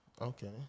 Okay